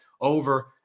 over